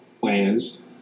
plans